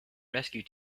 rescue